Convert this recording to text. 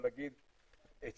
או להגיד שהצלחנו,